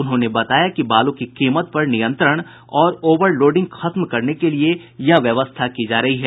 उन्होंने बताया कि बालू की कीमत पर नियंत्रण और ओवरलोडिंग खत्म करने के लिये यह व्यवस्था की जा रही है